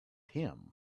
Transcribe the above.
him